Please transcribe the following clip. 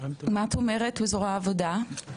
מה את אומרת בזרוע העבודה?